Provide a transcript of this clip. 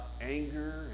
anger